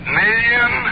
million